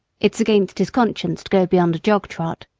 it's against his conscience to go beyond a jog-trot.